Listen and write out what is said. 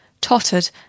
tottered